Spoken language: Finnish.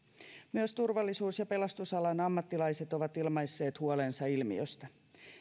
myös turvallisuus ja pelastusalan ammattilaiset ovat ilmaisseet huolensa ilmiöstä